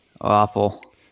Awful